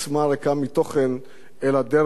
אלא דרך חיים עבורך.